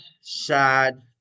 sad